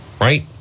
Right